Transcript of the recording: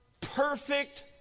perfect